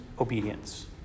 obedience